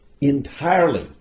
entirely